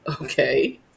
Okay